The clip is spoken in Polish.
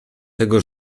tego